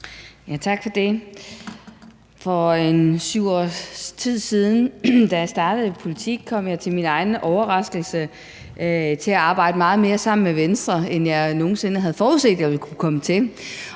Tak for det. For syv års tid siden, da jeg startede i politik, kom jeg til min egen overraskelse til at arbejde meget mere sammen med Venstre, end jeg nogen sinde havde forudset jeg ville kunne komme til.